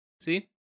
See